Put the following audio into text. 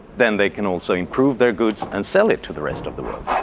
then they can also improve their goods and sell it to the rest of the world.